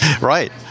Right